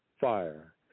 fire